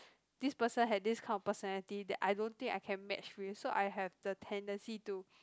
this person had this kind of personality that I don't think I can match with so I have the tendency to